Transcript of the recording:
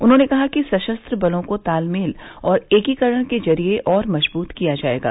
उन्होंने कहा कि सशस्त्र बलों को तालमेल और एकीकरण के जरिये और मजबूत किया जाएगा